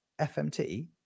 FMT